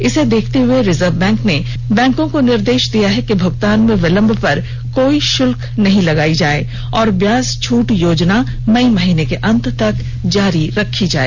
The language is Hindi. इसे देखते हुए रिजर्व बैंक ने बैंकों को निर्देश दिया है कि भुगतान में विलम्ब पर कोई शुल्क नहीं लगाया जाए और ब्याज छूट योजना मई महीने के अंत तक जारी रखी जाए